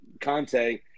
Conte